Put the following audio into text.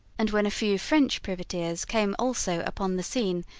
and when a few french privateers came also upon the scene,